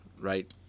right